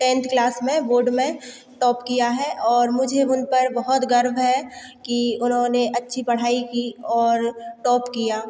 tenth class में board में top किया है और मुझे अब उन पर अब बहुत गर्व है कि उन्होंने अच्छी पढ़ाई की और टॉप किया